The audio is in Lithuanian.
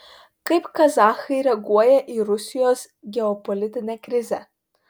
kaip kazachai reaguoja į rusijos geopolitinę krizę